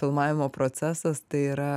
filmavimo procesas tai yra